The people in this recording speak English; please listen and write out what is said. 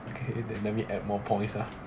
okay then let me add more points lah